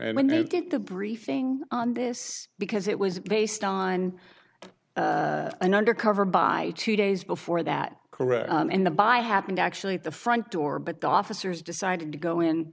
and when they did the briefing on this because it was based on an undercover buy two days before that correct in the by happened actually at the front door but the officers decided to go in